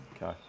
Okay